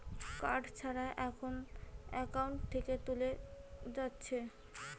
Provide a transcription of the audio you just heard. card ছাড়া এখন account থেকে তুলে যাতিছে